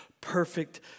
perfect